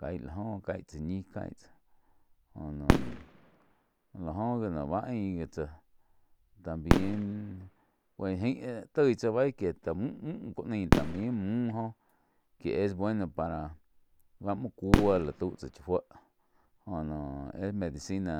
Caig la oh caig tsá ñih caig tsáh jo noh lá jo gi noh bá ain gi tsáh también pues ain toi cha bai que mü-mü ku nai también mü joh ké es bueno para bá muo cuó tau tsá cha fuo goh noh es medicina